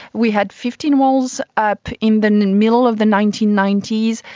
we had fifteen walls up in the and and middle of the nineteen ninety s.